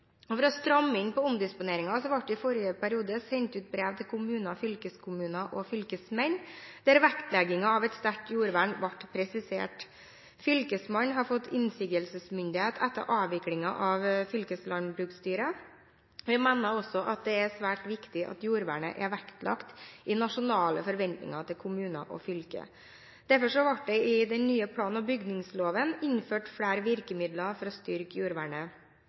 For å stramme inn på omdisponeringen ble det i forrige periode sendt ut brev til kommuner, fylkeskommuner og fylkesmenn, der vektleggingen av et sterkt jordvern ble presisert. Fylkesmannen har fått innsigelsesmyndighet etter avviklingen av fylkeslandbruksstyret. Vi mener også at det er svært viktig at jordvernet er vektlagt i nasjonale forventninger til kommuner og fylker. Derfor ble det i den nye plan- og bygningsloven innført flere virkemidler for å styrke jordvernet.